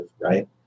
Right